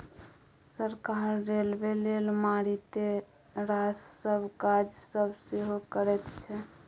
सरकार रेलबे लेल मारिते रास नब काज सब सेहो करैत छै